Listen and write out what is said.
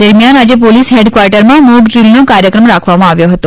દરમિયાન આજે પોલીસ હેડક્વાર્ટરમાં મોકડ્રીલનો કાર્યક્રમ રાખવામાં આવ્યો હતો